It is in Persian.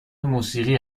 موسیقی